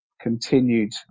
continued